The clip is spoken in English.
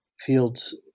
Fields